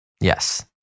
yes